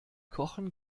kochen